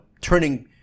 turning